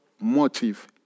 motive